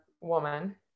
woman